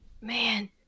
man